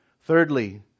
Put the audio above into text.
Thirdly